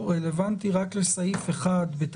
לגבי